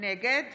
נגד